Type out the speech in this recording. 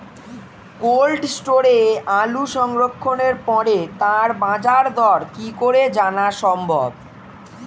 Cold স্টোরে আলু সংরক্ষণের পরে তার বাজারদর কি করে জানা সম্ভব?